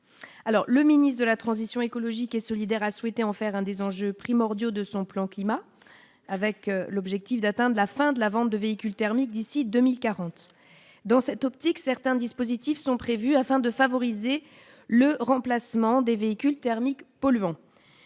le ministre de la transition écologique et solidaire, a souhaité en faire un des enjeux primordiaux de son plan climat, avec l'objectif d'atteindre la fin de la vente de véhicules thermiques d'ici 2040, dans cette optique, certains dispositifs sont prévues afin de favoriser le remplacement des véhicules thermiques polluantes